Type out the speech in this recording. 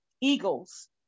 eagles